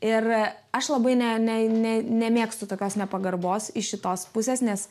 ir aš labai ne ne ne nemėgstu tokios nepagarbos iš šitos pusės nes